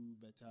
better